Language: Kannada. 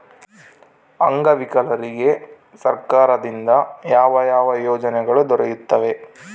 ಅಂಗವಿಕಲರಿಗೆ ಸರ್ಕಾರದಿಂದ ಯಾವ ಯಾವ ಯೋಜನೆಗಳು ದೊರೆಯುತ್ತವೆ?